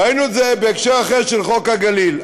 ראינו את זה בהקשר אחר של חוק הגליל.